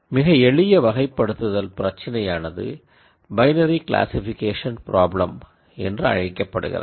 மிக எளிய வகைப்படுத்துதல் பிரச்சினையானது பைனரி க்ளாசிக்பிகேஷன் பிராப்ளம் என்று அழைக்கப்படுகிறது